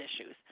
issues